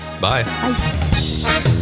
Bye